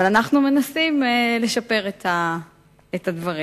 אבל אנחנו מנסים לשפר את הדברים.